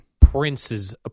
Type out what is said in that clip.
Prince's